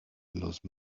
los